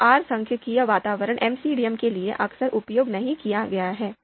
तो आर सांख्यिकीय वातावरण एमसीडीएम के लिए अक्सर उपयोग नहीं किया गया है